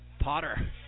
Potter